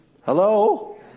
Hello